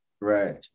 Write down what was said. Right